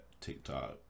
tiktok